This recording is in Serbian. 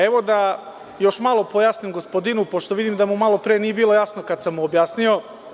Evo da još malo pojasnim gospodinu, pošto vidim da mu malopre nije bilo jasno, kada sam mu objasnio.